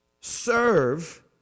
Serve